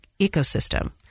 ecosystem